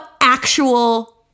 actual